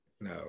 no